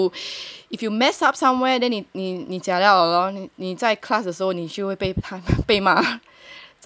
then you if you if you mess up somewhere then 你你你 jialat 了 loh 你在 class 的时候你会被骂